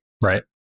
right